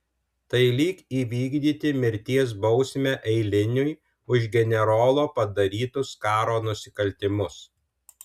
tai lyg įvykdyti mirties bausmę eiliniui už generolo padarytus karo nusikaltimus